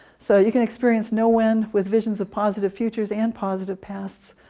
so you can experience no when, with visions of positive futures and positive pasts.